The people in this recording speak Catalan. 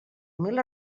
mil